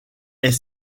est